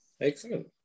excellent